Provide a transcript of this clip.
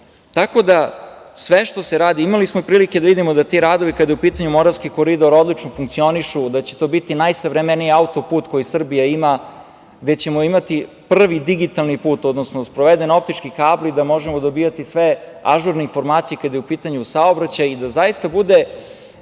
da, sve što se radi imali smo prilike da vidimo da ti radovi kada je u pitanju Moravski koridor odlično funkcionišu, da će to biti najsavremeniji autoput koji Srbija ima, gde ćemo imati prvi digitalni put, odnosno sproveden optički kabl i da možemo dobijati sve ažurne informacije kada je u pitanju saobraćaj i da zaista bude